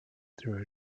through